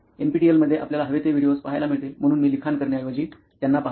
एनपीटीएलमधेय आपल्याला हवे ते व्हिडिओज पाहायला मिळतील म्हणून मी लिखाण करण्याऐवजी त्यांना पाहतो